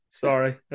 Sorry